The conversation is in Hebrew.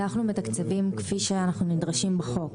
אנחנו בתקציבים כפי שאנחנו נדרשים בחוק,